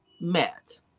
Matt